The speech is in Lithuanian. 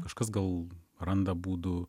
kažkas gal randa būdų